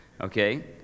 okay